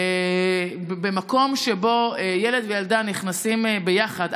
במקום שבו ילד וילדה נכנסים ביחד,